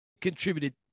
contributed